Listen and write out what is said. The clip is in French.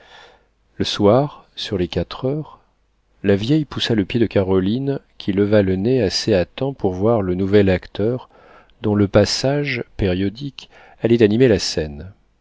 le soir sur les quatre heures la vieille poussa le pied de caroline qui leva le nez assez à temps pour voir le nouvel acteur dont le passage périodique allait animer la scène